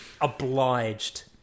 Obliged